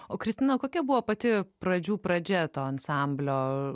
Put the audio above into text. o kristina kokia buvo pati pradžių pradžia to ansamblio